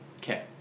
Okay